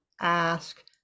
ask